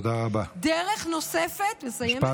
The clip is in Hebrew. דרך נוספת, אני מסיימת.